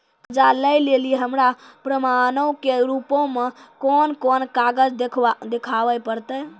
कर्जा लै लेली हमरा प्रमाणो के रूपो मे कोन कोन कागज देखाबै पड़तै?